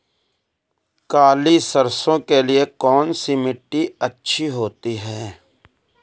काली सरसो के लिए कौन सी मिट्टी अच्छी होती है?